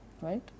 right